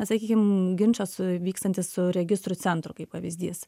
sakykim ginčas vykstantis su registrų centru kaip pavyzdys